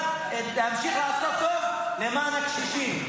קיבלת להמשיך לעשות טוב למען הקשישים.